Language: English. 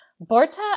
Borta